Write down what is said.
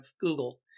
Google